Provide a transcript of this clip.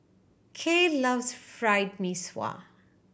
Cael loves Fried Mee Sua